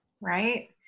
right